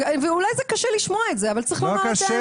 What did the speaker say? אולי זה קשה לשמוע את זה אבל צריך לומר את האמת.